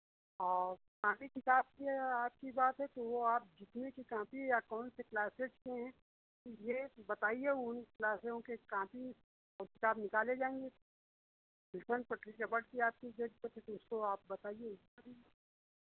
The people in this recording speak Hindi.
और कॉपी किताब के और आपकी बात है तो वो आप जितने की कॉपी या कौन से क्लासेज़ के हैं ये बताइए उन क्लासों के कॉपी और किताब निकाले जाएँगे पिलसन पटरी रबड़ की आपकी ज़रूरत है तो उसको आप बताइए उसका भी